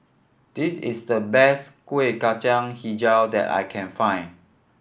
this is the best Kueh Kacang Hijau that I can find